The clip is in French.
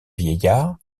vieillard